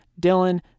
Dylan